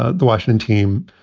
ah the washington team,